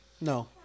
No